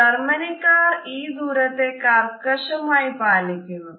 ജർമനിക്കാർ ഈ ദൂരത്തെ വളരെ കർക്കശമായി പാലിക്കുന്നു